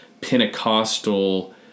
Pentecostal